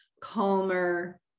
calmer